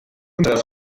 unserer